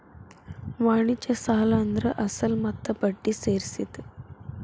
ವಾಣಿಜ್ಯ ಸಾಲ ಅಂದ್ರ ಅಸಲ ಮತ್ತ ಬಡ್ಡಿ ಸೇರ್ಸಿದ್